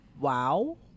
wow